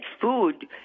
food